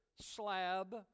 slab